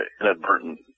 inadvertent